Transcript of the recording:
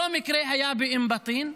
אותו מקרה היה באום בטין.